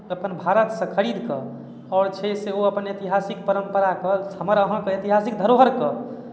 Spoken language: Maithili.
अपन भारतसँ खरीद कऽ आओर छै से ओ अपन ऐतिहासिक परम्पराकेँ हमर अहाँके ऐतिहासिक धरोहरकेँ